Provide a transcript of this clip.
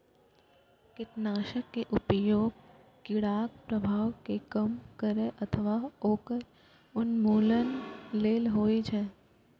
कीटनाशक के उपयोग कीड़ाक प्रभाव कें कम करै अथवा ओकर उन्मूलन लेल होइ छै